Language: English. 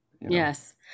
Yes